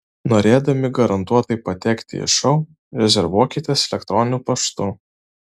norėdami garantuotai patekti į šou rezervuokitės elektroniniu paštu